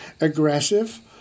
aggressive